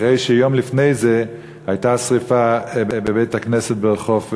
אחרי שיום לפני זה הייתה שרפה בבית-הכנסת ברחוב שניאור.